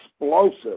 explosive